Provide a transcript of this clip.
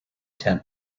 tent